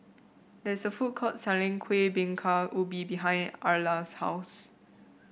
there is a food court selling Kuih Bingka Ubi behind Erla's house